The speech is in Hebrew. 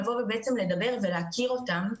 לבוא ובעצם לדבר ולהכיר אותם,